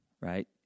right